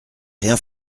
rien